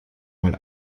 mal